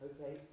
Okay